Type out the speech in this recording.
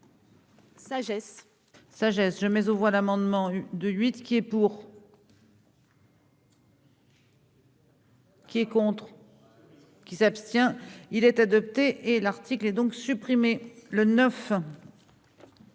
sagesse je mets aux voix l'amendement de huit qui est pour. Qui est contre qui s'abstient, il est adopté, et l'article et donc supprimer